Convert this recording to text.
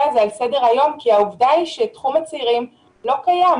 הזה לסדר-היום כי עובדה שתחום הצעירים לא קיים.